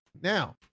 Now